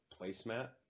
placemat